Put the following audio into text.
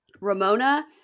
Ramona